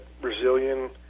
Brazilian